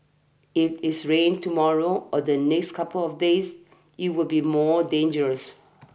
if it's rains tomorrow or the next couple of days it will be more dangerous